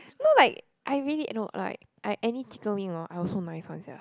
no like I really no like I any chicken wing orh I also nice one sia